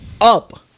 up